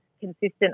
consistent